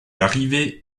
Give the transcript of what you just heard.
arriver